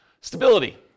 Stability